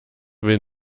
will